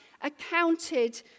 accounted